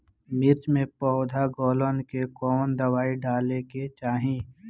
मिर्च मे पौध गलन के कवन दवाई डाले के चाही?